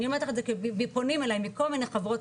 אני אומרת לך את זה כי פונים אלי מכל מיני חברות